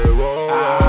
whoa